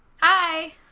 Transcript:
Hi